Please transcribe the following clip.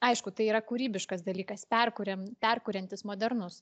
aišku tai yra kūrybiškas dalykas perkuriam perkuriantis modernus